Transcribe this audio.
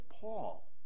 Paul